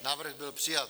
Návrh byl přijat.